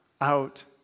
out